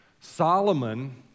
Solomon